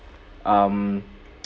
um